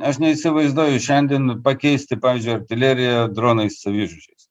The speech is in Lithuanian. aš neįsivaizduoju šiandien pakeisti pavyzdžiui artileriją dronais savižudžiais